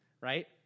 right